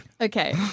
Okay